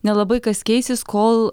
nelabai kas keisis kol